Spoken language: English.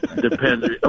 depends